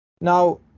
Now